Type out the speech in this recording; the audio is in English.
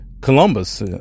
Columbus